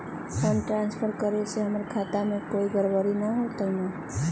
Fund transfer करे से हमर खाता में कोई गड़बड़ी त न होई न?